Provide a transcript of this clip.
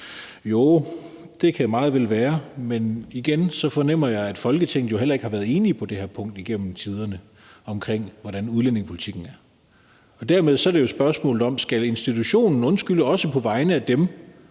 Jo, det kan meget vel være, men igen fornemmer jeg, at Folketinget jo heller ikke har været enige på det her punkt igennem tiderne, altså om, hvordan udlændingepolitikken skulle være. Dermed er det jo et spørgsmål om, om institutionen også skal undskylde på vegne af dem,